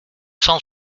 cent